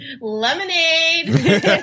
Lemonade